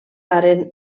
varen